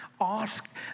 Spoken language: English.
Ask